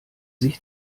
sich